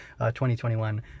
2021